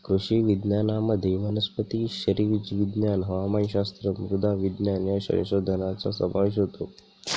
कृषी विज्ञानामध्ये वनस्पती शरीरविज्ञान, हवामानशास्त्र, मृदा विज्ञान या संशोधनाचा समावेश होतो